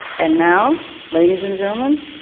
and now, ladies and gentleman,